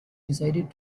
decided